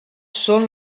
són